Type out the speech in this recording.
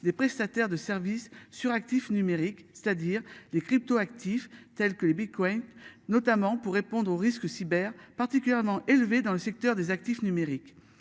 des prestataires de services sur actifs numériques, c'est-à-dire les cryptoactifs, telles que le bitcoin notamment pour répondre aux risques cyber particulièrement élevé dans le secteur des actifs numériques.